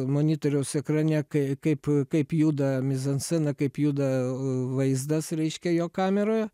monitoriaus ekrane kai kaip kaip juda mizanscena kaip juda vaizdas reiškia jo kameroje